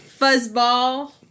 fuzzball